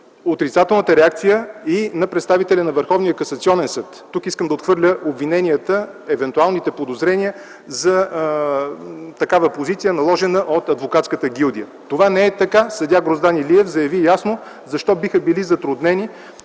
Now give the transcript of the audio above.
отрицателната реакция и на представители на Върховния касационен съд. Тук искам да отхвърля обвиненията, евентуалните подозрения за такава позиция, наложена от адвокатската гилдия. Това не е така. Съдия Гроздан Илиев заяви ясно защо биха били затруднени